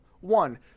One